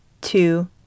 Two